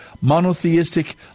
monotheistic